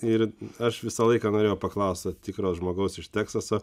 ir aš visą laiką norėjau paklaust to tikro žmogaus iš teksaso